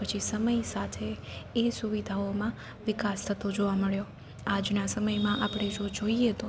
પછી સમય સાથે એ સુવિધાઓમાં વિકાસ થતો જોવા મળ્યો આજના સમયમાં આપણે જો જોઈએ તો